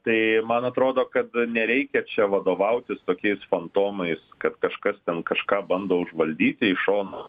tai man atrodo kad nereikia čia vadovautis tokiais fantomais kad kažkas ten kažką bando užvaldyti iš šono